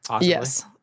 Yes